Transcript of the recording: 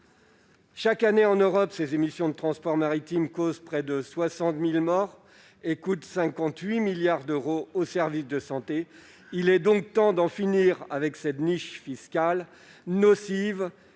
Chaque année, en Europe, ces émissions du transport maritime causent près de 60 000 morts et coûtent 58 milliards d'euros aux services de santé. Il est donc temps d'en finir avec cette niche fiscale nocive